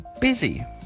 busy